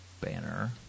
banner